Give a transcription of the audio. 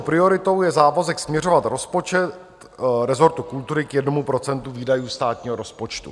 Klíčovou prioritou je závazek směřovat rozpočet resortu kultury k jednomu procentu výdajů státního rozpočtu.